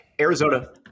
Arizona